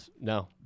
No